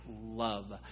love